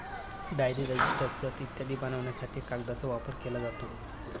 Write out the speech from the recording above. diary, register, प्रत इत्यादी बनवण्यासाठी कागदाचा वापर केला जातो